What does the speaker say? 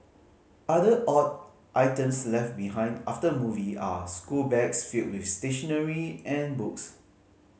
other odd items left behind after a movie are schoolbags filled with stationery and books